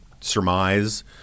surmise